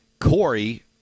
Corey